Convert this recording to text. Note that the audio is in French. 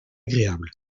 agréable